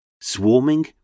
swarming